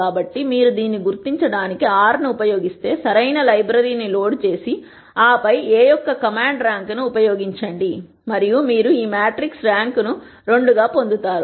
కాబట్టి మీరు దీన్ని గుర్తించడానికి R ను ఉపయోగిస్తుంటే సరైన లైబ్రరీని లోడ్ చేసి ఆపై A యొక్క కమాండ్ ర్యాంక్ను ఉపయోగించండి మరియు మీరు మ్యాట్రిక్స్ ర్యాంక్ను 2 గా పొందుతారు